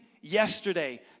yesterday